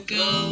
go